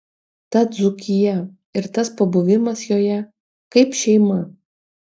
ta dzūkija ir tas pabuvimas joje kaip šeima